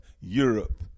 Europe